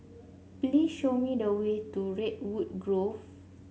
please show me the way to Redwood Grove